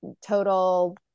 total